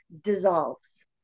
dissolves